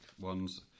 ones